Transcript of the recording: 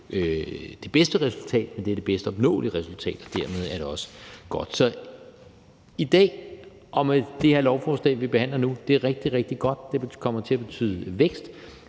det bedste resultat, men det er det bedst opnåelige resultat, og dermed er det også godt. Så det her lovforslag, vi behandler nu i dag, er rigtig, rigtig godt. Det kommer til at betyde vækst